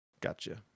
Gotcha